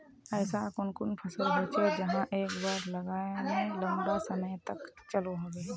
ऐसा कुन कुन फसल होचे जहाक एक बार लगाले लंबा समय तक चलो होबे?